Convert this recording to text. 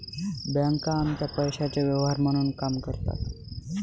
बँका आमच्या पैशाचे व्यवहार म्हणून काम करतात